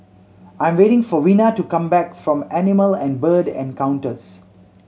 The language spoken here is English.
I'm waiting for Vina to come back from Animal and Bird Encounters